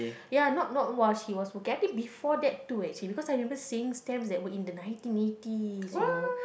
ya not not [wah] she was working I think before that too actually because I remember seeing stamps that were in the nineteen eighties you know